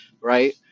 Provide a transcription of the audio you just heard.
right